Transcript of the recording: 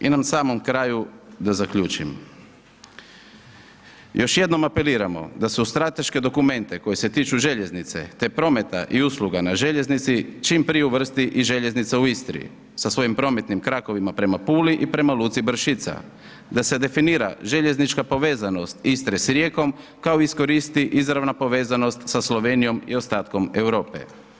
I na samom kraju da zaključim, još jednom apeliramo, da se u strateške dokumente koje se tiču željeznice, te prometa i usluga na željeznici, čim prije uvrsti i željeznica u Istri sa svojim prometnim krakovima prema Puli i prema luci Brašica, da se definira željeznička povezanost Istre s Rijekom kao i iskoristi izravna povezanost sa Slovenijom i ostatkom Europe.